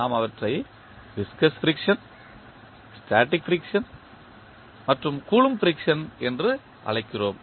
நாம் அவற்றை viscous friction static friction மற்றும் கூலொம்ப் ஃபிரிக்சன் என்று அழைக்கிறோம்